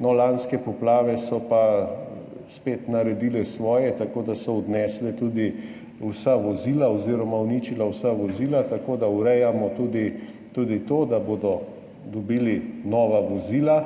Lanske poplave so pa spet naredile svoje, tako da so odnesle tudi vsa vozila oziroma uničile vsa vozila. Tako urejamo tudi to, da bodo dobili nova vozila.